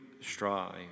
strive